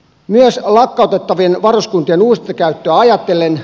myös lakkautettavien varuskuntien uusintakäyttöä ajatellen